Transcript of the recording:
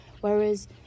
Whereas